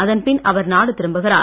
அதன் பின் அவர் நாடு திரும்புகிறார்